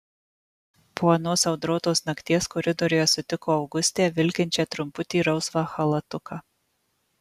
po anos audrotos nakties koridoriuje sutiko augustę vilkinčią trumputį rausvą chalatuką